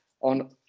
on